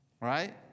Right